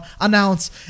announce